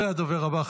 הדובר הבא,